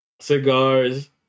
cigars